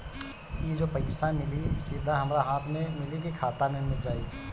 ई जो पइसा मिली सीधा हमरा हाथ में मिली कि खाता में जाई?